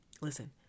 listen